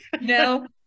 no